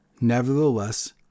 nevertheless